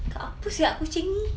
cakap apa sia kucing ini